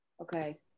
Okay